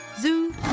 zoo